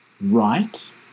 right